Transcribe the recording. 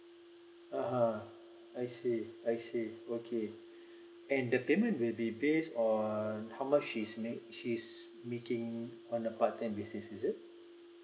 (uh huh) I see I see okay and the payment will be base on how much she is she is making on her part time basis is it